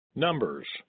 Numbers